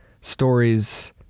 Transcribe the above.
stories